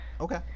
Okay